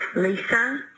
Lisa